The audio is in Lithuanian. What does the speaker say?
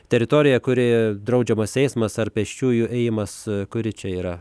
teritorija kuri draudžiamas eismas ar pėsčiųjų ėjimas kuri čia yra